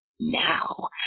now